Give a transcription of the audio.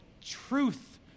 truth